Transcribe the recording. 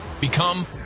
Become